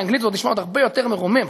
באנגלית זה נשמע עוד הרבה יותר מרומם,